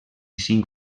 cinc